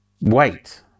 wait